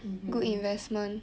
mmhmm